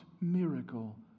miracle